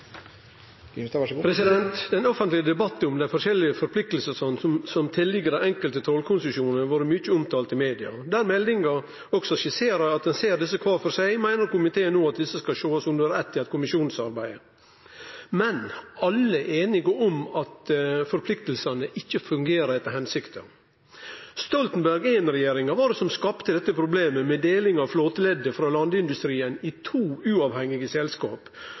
Den offentlege debatten om dei forskjellige forpliktingane som ligg til dei enkelte tollkonsesjonane, har vore mykje omtalte i media. Der meldinga skisserer at ein skal sjå desse kvar for seg, meiner komiteen no at desse skal sjåast under eitt i eit kommisjonsarbeid. Men alle er einige om at forpliktingane ikkje fungerer etter hensikta. Det var Stoltenberg I-regjeringa som skapte dette problemet, med deling av flåteleddet og landindustrien i to uavhengige selskap.